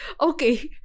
okay